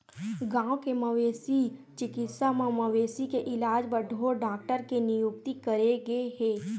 गाँव के मवेशी चिकित्सा म मवेशी के इलाज बर ढ़ोर डॉक्टर के नियुक्ति करे गे हे